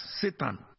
Satan